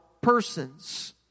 persons